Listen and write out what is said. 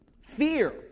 fear